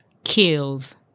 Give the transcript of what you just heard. kills